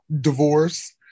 divorce